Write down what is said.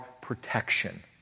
protection